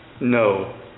no